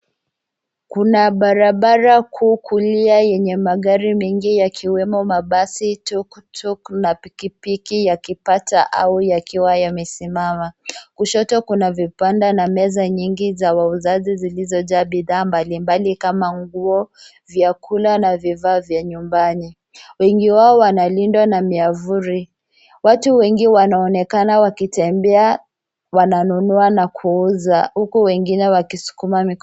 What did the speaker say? Kuna barabara kuu kulia yenye magari mengi yakiwemo mabasi, tukutuku na pikipiki ya kipata au yakiwa yamesimama, kushoto kuna vipanda na meza nyingi za wauzaji zilizojaa bidhaa mbalimbali kama nguo, vyakula na vifaa vya nyumbani wengi wao wanalindwa na miavuli ,watu wengi wanaonekana wakitembea wananunua na kuuza huko wengine wakisukuma mikokoteni.